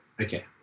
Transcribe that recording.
okay